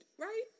right